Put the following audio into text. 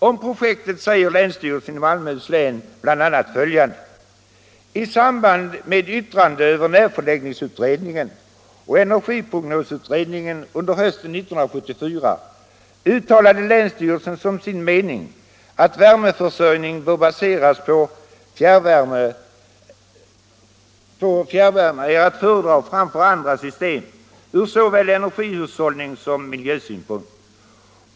Om projektet säger länsstyrelsen i Malmöhus län bl.a. följande: ”I samband med yttrande över närförläggningsutredningen och elenergiprognosutredningen under hösten 1974 uttalade länsstyrelsen som sin mening att värmeförsörjning baserad på fjärrvärme är att föredra framför andra system ur såväl energihushållningssom miljösynpunkt.